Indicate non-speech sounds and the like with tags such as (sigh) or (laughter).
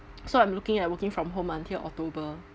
(noise) so I'm looking at working from home until october